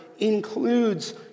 includes